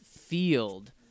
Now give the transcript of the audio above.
field